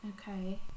Okay